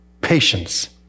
patience